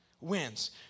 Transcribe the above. wins